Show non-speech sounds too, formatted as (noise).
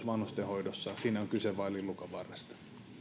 (unintelligible) vanhustenhoidossa on kyse vain lillukanvarresta